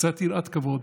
קצת יראת כבוד,